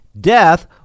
Death